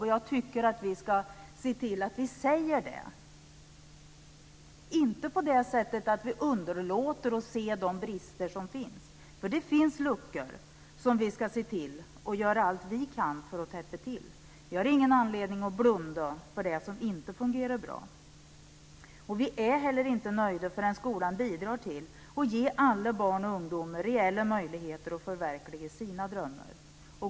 Och jag tycker att vi ska se till att säga det, inte på det sättet att vi underlåter att se de brister som finns, för det finns luckor som vi ska se till att göra allt vi kan för att täppa till. Vi har ingen anledning att blunda för det som inte fungerar bra. Vi är heller inte nöjda förrän skolan bidrar till att ge alla barn och ungdomar reella möjligheter att förverkliga sina drömmar.